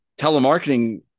telemarketing